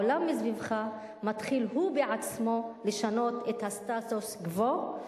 העולם מסביבך מתחיל הוא בעצמו לשנות את הסטטוס-קוו,